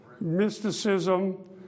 mysticism